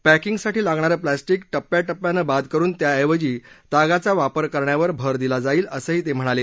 पॅकिंगसाठी लागणारं प्लास्टिक टप्प्याटप्प्यानं बाद करुन त्याऐवजी तागाचा वापर करण्यावर भर दिला जाईल असंही ते म्हणाले